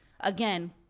again